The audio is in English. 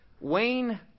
Wayne